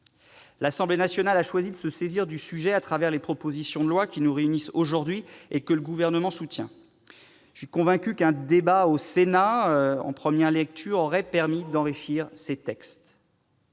L'Assemblée nationale a choisi de se saisir du sujet au travers de la proposition de loi et de la proposition de loi organique qui nous réunissent aujourd'hui et que le Gouvernement soutient. Je suis convaincu qu'un débat au Sénat en première lecture aurait permis d'enrichir ces textes.